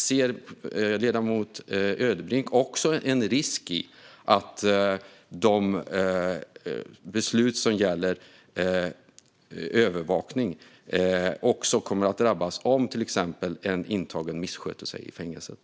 Ser ledamot Ödebrink en risk för att beslut om övervakning också kommer att drabbas om en intagen missköter sig i fängelset?